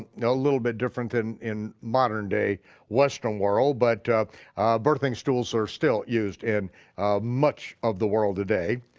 you know little bit different than in modern day western world, but birthing stools are still used in much of the world today.